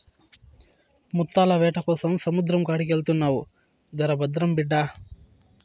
ముత్తాల వేటకోసం సముద్రం కాడికెళ్తున్నావు జర భద్రం బిడ్డా